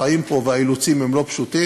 החיים פה והאילוצים הם לא פשוטים.